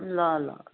ल ल